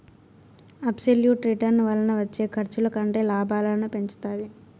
absolute return వలన వచ్చే ఖర్చుల కంటే లాభాలను పెంచుతాది